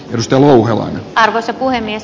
risto lohi arvoisa puhemies